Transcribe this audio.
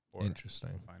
Interesting